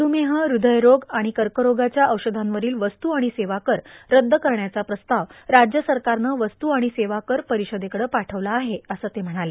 मधुमेह हृदयरोग आणि कर्करोगाच्या औषधांवरील वस्तू आणि सेवा कर रद्द करण्याचा प्रस्ताव राज्य सरकारनं वस्तू आणि सेवा कर परिषदेकडं पावठवला आहे असं ते म्हणाले